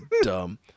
dumb